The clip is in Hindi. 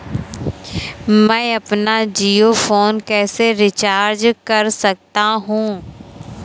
मैं अपना जियो फोन कैसे रिचार्ज कर सकता हूँ?